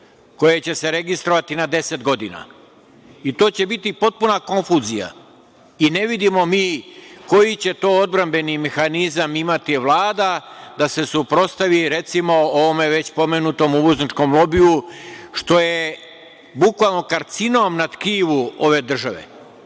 koje će se registrovati na 10 godina. To će biti potpuna konfuzija. Ne vidimo mi koji će to odbrambeni mehanizam imati Vlada da se suprotstavi, recimo, ovom već pomenutom uvozničkom lobiju, što je bukvalno karcinom na tkivu ove države